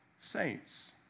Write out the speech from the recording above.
Saints